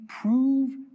prove